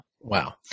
Wow